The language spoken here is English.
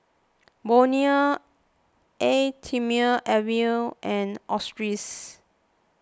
Bonia Eau thermale Avene and Australis